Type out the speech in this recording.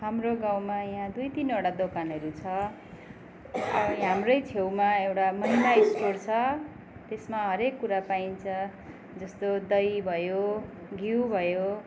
हाम्रो गाउँमा यहाँ दुई तिनवटा दोकानहरू छ हाम्रै छेउमा एउटा महिमा स्टोर छ त्यसमा हरेक कुरा पाइन्छ जस्तो दही भयो घिउ भयो